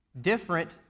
different